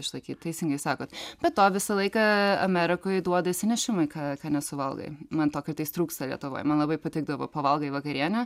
išlaikyt teisingai sakot be to visą laiką amerikoj duoda išsinešimui ką ką nesuvalgai man to kartais trūksta lietuvoj man labai patikdavo pavalgai vakarienę